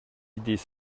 idées